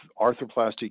arthroplasty